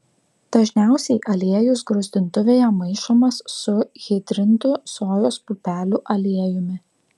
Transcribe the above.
dažniausiai aliejus gruzdintuvėje maišomas su hidrintu sojos pupelių aliejumi